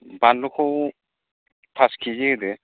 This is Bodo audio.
बानलुखौ फास केजि होदो